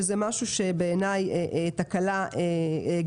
שזה משהו שבעיניי הוא מהווה תקלה גדולה.